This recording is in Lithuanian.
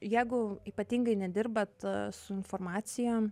jeigu ypatingai nedirbat su informacija